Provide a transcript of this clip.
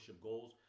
goals